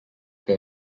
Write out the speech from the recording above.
que